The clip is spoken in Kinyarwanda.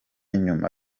nyuma